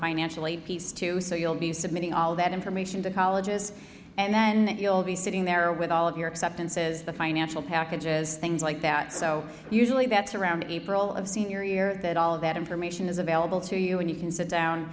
financial aid piece too so you'll be submitting all that information to colleges and then you'll be sitting there with all of your acceptance is the financial packages things like that so usually that's around april of senior year that all of that information is available to you and you can sit down